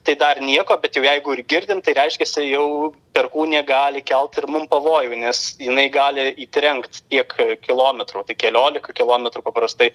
tai dar nieko bet jau jeigu ir girdim tai reiškiasi jau perkūnija gali kelt ir mum pavojų nes jinai gali trenkt tiek kilometrų keliolika kilometrų paprastai